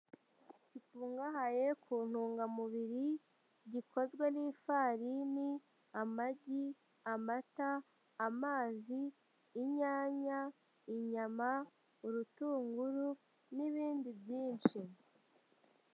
Gikungahaye ku ntungamubiri, gikozwe n'ifarini, amagi, amata, amazi, inyanya, inyama, urutunguru n'ibindi byinshi.